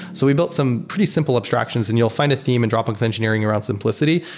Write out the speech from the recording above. so we built some pretty simple abstractions, and you'll find a theme in dropbox engineering around simplicity.